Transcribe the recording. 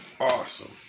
awesome